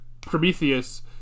Prometheus